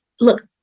look